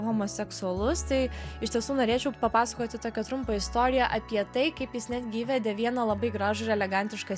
homoseksualus tai iš tiesų norėčiau papasakoti tokią trumpą istoriją apie tai kaip jis netgi įvedė vieną labai gražų ir elegantišką